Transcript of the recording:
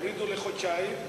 הורידו לחודשיים,